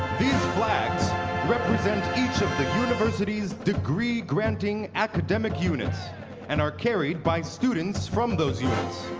flags represent each of the university's degree granting academic units and are carried by students from those units.